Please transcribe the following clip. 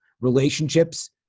relationships